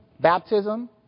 baptism